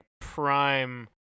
prime